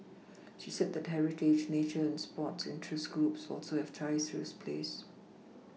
she said that heritage nature and sports interest groups also have ties to the place